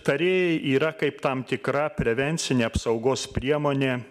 tarėjai yra kaip tam tikra prevencinė apsaugos priemonė